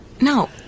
no